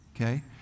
okay